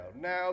now